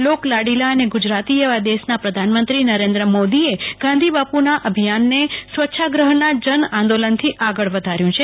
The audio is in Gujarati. લોકલાડીલા અને ગુજરાતી એવા દેશના પ્રધાનમંત્રી નરેન્દ્ર મોદીએ ગાંધીબાપુના આ અભિયાનને સ્વછાગ્રહ ના જન આંદોલન થી આગળ વધાર્યુ છે